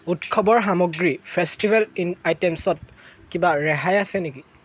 উৎসৱৰ সামগ্ৰী ফেষ্টিভেল ইন আইটেমচত কিবা ৰেহাই আছে নেকি